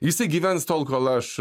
jisai gyvens tol kol aš